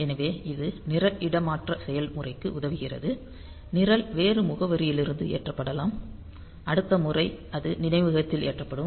எனவே இது நிரல் இடமாற்ற செயல்முறைக்கு உதவுகிறது நிரல் வேறு முகவரியிலிருந்து ஏற்றப்படலாம் அடுத்த முறை அது நினைவகத்தில் ஏற்றப்படும்